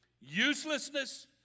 uselessness